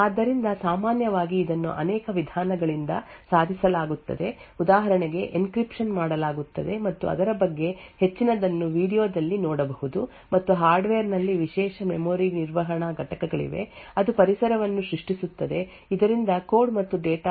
ಆದ್ದರಿಂದ ಸಾಮಾನ್ಯವಾಗಿ ಇದನ್ನು ಅನೇಕ ವಿಧಾನಗಳಿಂದ ಸಾಧಿಸಲಾಗುತ್ತದೆ ಉದಾಹರಣೆಗೆ ಎನ್ಕ್ರಿಪ್ಶನ್ ಮಾಡಲಾಗುತ್ತದೆ ಮತ್ತು ಅದರ ಬಗ್ಗೆ ಹೆಚ್ಚಿನದನ್ನು ವೀಡಿಯೊ ದಲ್ಲಿ ನೋಡಬಹುದು ಮತ್ತು ಹಾರ್ಡ್ವೇರ್ ನಲ್ಲಿ ವಿಶೇಷ ಮೆಮೊರಿ ನಿರ್ವಹಣಾ ಘಟಕಗಳಿವೆ ಅದು ಪರಿಸರವನ್ನು ಸೃಷ್ಟಿಸುತ್ತದೆ ಇದರಿಂದ ಕೋಡ್ ಮತ್ತು ಡೇಟಾ ದ ಗೌಪ್ಯತೆ ಎನ್ಕ್ಲೇವ್ ನಲ್ಲಿ ಸಾಧಿಸಲಾಗುತ್ತದೆ